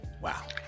wow